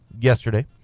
yesterday